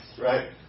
right